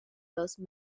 those